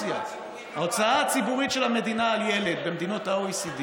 ההוצאה הציבורית של המדינה על ילד במדינות ה-OECD